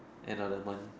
end of the month